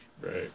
Right